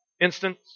instance